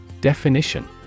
Definition